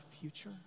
future